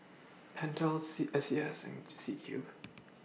Pentel C S C S and C Cube